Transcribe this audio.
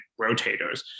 rotators